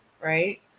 Right